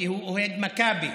כי הוא אוהד מכבי,